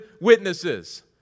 witnesses